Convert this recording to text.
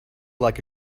like